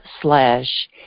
slash